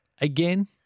Again